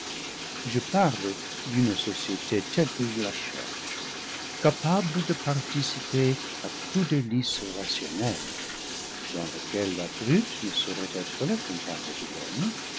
je parle d'une société telle que je la cherche capable de participer à tout délice rationnel dans lequel la brute ne saurait être la compagne de l'homme